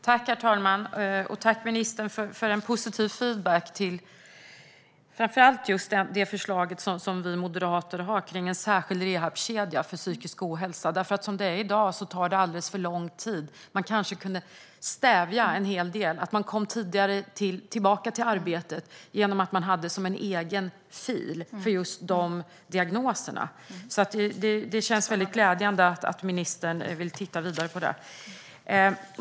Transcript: Herr talman! Tack, ministern, för en positiv feedback till det förslag som vi moderater har om en särskild rehabkedja för psykisk ohälsa. Det tar i dag alldeles för lång tid. Det kanske går att stävja en hel del genom att till exempel gå tidigare tillbaka till arbetet. Det kan finnas en egen fil för just de diagnoserna. Det känns glädjande att ministern vill titta vidare på den frågan.